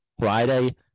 Friday